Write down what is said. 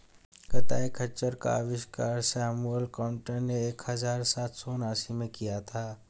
कताई खच्चर का आविष्कार सैमुअल क्रॉम्पटन ने एक हज़ार सात सौ उनासी में किया था